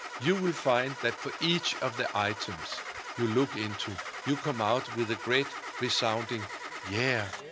you will find that for each of the items you look into, you come out with a great resounding yeah.